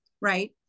right